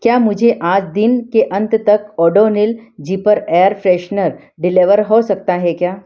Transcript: क्या मुझे आज दिन के अंत तक Odonil zipper air freshener deliver हो सकता है क्या